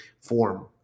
Form